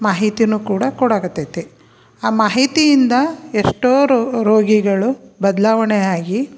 ಮಾಹಿತೀನು ಕೂಡ ಕೊಡೋಕತ್ತೈತಿ ಆ ಮಾಹಿತಿಯಿಂದ ಎಷ್ಟೋ ರೋಗಿಗಳು ಬದಲಾವಣೆ ಆಗಿ